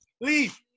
Leave